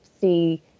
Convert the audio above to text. see